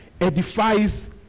edifies